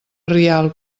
rialp